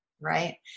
Right